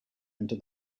enter